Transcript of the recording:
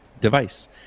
device